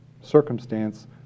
circumstance